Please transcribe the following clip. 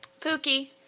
Pookie